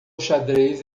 xadrez